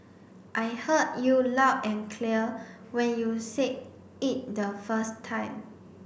I heard you loud and clear when you said it the first time